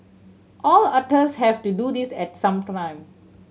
all otters have to do this at some time